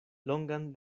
longan